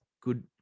Good